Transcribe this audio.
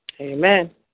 Amen